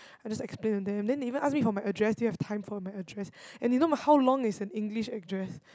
I just explain to them then they even ask me for my address still have time for my address and you know how long is a English address